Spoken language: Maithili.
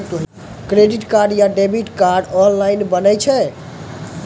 क्रेडिट कार्ड या डेबिट कार्ड ऑनलाइन बनै छै?